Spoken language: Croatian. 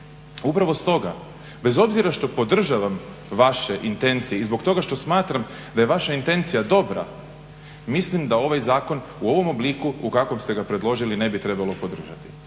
Upravo stoga, bez obzira što podržavam vaše intencije i zbog toga što smatram da je vaša intencija dobra mislim da ovaj zakon u ovom obliku u kakvom ste ga predložili ne bi trebalo podržati.